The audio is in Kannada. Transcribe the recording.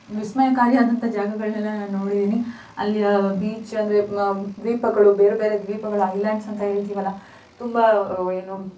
ವಿಸ್ಮಯಕಾರಿಯಾದಂಥ ಜಾಗಗಳನ್ನೆಲ್ಲ ನಾನು ನೋಡಿದ್ದೀನಿ ಅಲ್ಲಿಯ ಬೀಚ್ ಅಂದರೆ ಮ ದ್ವೀಪಗಳು ಬೇರೆ ಬೇರೆ ದ್ವೀಪಗಳು ಐ ಲ್ಯಾಂಡ್ಸ್ ಅಂತ ಹೇಳ್ತೀವಲ್ಲ ತುಂಬ ಏನು